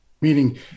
meaning